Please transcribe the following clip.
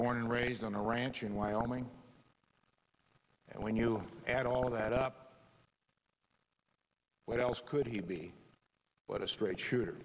born and raised on a ranch in wyoming and when you add all that up what else could he be but a straight shooter